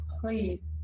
please